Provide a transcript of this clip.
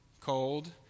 cold